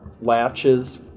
latches